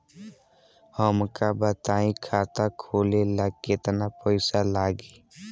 हमका बताई खाता खोले ला केतना पईसा लागी?